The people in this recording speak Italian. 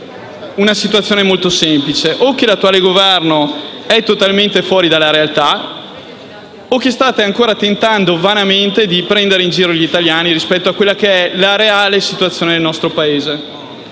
una situazione molto semplice: o l'attuale Governo è totalmente fuori dalla realtà o state ancora tentando vanamente di prendere in giro gli italiani rispetto a quella che è la reale situazione del nostro Paese.